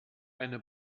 eine